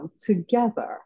together